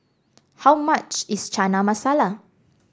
how much is Chana Masala